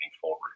forward